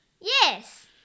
Yes